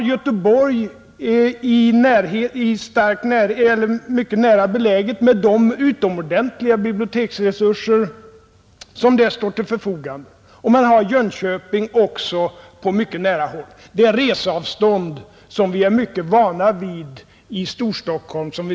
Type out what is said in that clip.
Göteborg är mycket nära beläget med de utomordentliga biblioteksresurser som där står till förfogande, och Jönköping ligger också på nära håll. Vi har där att röra oss med reseavstånd som vi är mycket vana vid i Storstockholm.